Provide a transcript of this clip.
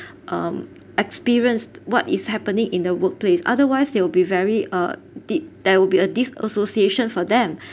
um experienced what is happening in the workplace otherwise they will be very uh did there will be a disassociation for them